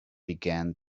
began